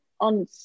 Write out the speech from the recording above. on